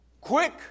Quick